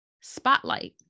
spotlight